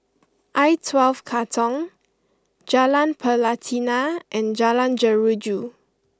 I Twelve Katong Jalan Pelatina and Jalan Jeruju